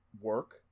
work